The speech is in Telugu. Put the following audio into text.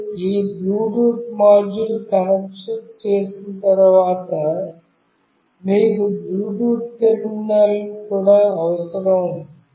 మీరు ఈ బ్లూటూత్ మాడ్యూల్ కనెక్ట్ చేసిన తర్వాత మీకు బ్లూటూత్ టెర్మినల్ కూడా అవసరం